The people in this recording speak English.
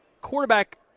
quarterback